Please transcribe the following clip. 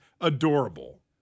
Adorable